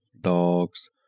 dogs